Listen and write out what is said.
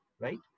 right